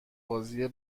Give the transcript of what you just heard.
بازی